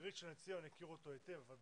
בראשון-לציון הכירו אותו היטב אבל